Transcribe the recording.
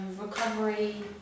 Recovery